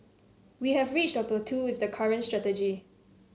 we have reached a plateau with the current strategy